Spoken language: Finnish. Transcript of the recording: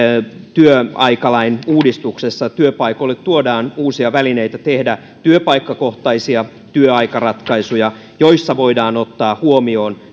työaikalain uudistuksessa työpaikoille tuodaan uusia välineitä tehdä työpaikkakohtaisia työaikaratkaisuja joissa voidaan ottaa huomioon